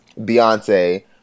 Beyonce